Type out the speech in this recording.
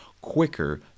quicker